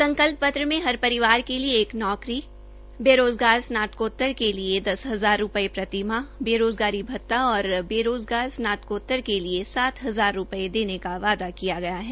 घोषणा पत्रमें हर परिवार के लिए एक नौकरी बेरोजगार स्नातकोतर के लिए दस हजार रूपये प्रतिमाह बेरोज़गारी भता और बेरोजगार स्नातकोतर के लिए सात हजार रूपये देने का वादा किया है